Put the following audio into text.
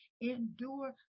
endure